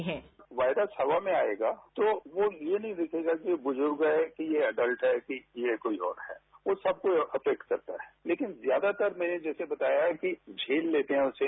sound bite जब virus हवा में आएगा तो वो ये नहीं देखेगा कि बुजुर्ग है कि ये एडल्ट है कि ये कोई और है वो सबको इफेक्ट करता है लेकिन ज्यादातर में जैसे बताया कि झेल लेते हैं उसे